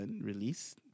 release